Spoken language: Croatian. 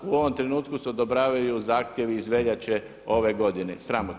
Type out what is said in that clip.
U ovom trenutku se odobravaju zahtjevi iz veljače ove godine, sramotno.